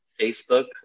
Facebook